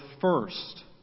first